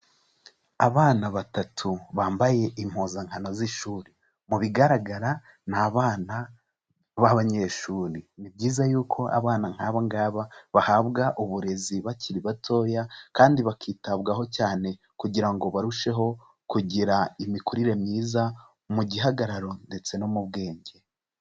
Abana batatu bambaye impuzankano z'ishuri, mu bigaragara ni abana b'abanyeshuri, ni byiza yuko abana nk'aba ngaba, bahabwa uburezi bakiri batoya, kandi bakitabwaho cyane, kugira ngo barusheho kugira imikurire myiza, mu gihagararo ndetse no mu bwenge.